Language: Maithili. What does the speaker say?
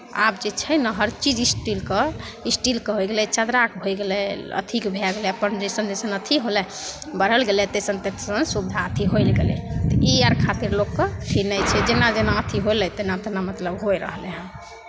आब जे छै ने हरचीज स्टीलके स्टीलके होलै चदराके होय गेलै अथीके भए गेलै अपन जइसन जइसन अथी होलै बढ़ल गेलै तइसन तइसन सुविधा अथी होयल गेलै ई अर खातिर लोकके अथी नहि छै जेना जेना अथी होलै तेना तेना मतलब होय रहलै हन